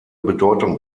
bedeutung